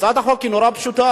הצעת החוק היא נורא פשוטה.